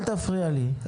אל תפריע לי,